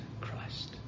Christ